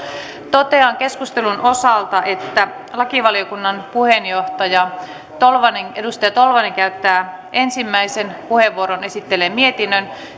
totean keskustelun osalta että lakivaliokunnan puheenjohtaja edustaja tolvanen käyttää ensimmäisen puheenvuoron esittelee mietinnön